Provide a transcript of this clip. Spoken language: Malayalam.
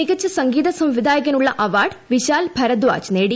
മികച്ച സംഗീത സംവിധായകനുള്ളൂ ആവാർഡ് വിശാൽ ഭരദ്വാജ് നേടി